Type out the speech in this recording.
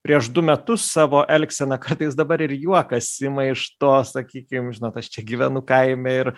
prieš du metus savo elgseną kartais dabar ir juokas ima iš to sakykim žinot aš čia gyvenu kaime ir